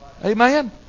Amen